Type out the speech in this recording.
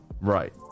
Right